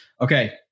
okay